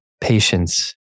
Patience